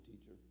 teacher